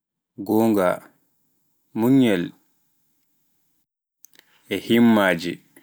Gonga, munyal, e himmaaje